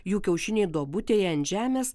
jų kiaušiniai duobutėj ant žemės